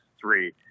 three